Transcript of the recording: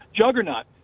juggernaut